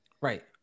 right